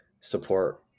support